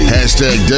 Hashtag